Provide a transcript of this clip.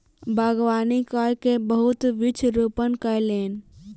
बागवानी कय के बहुत वृक्ष रोपण कयलैन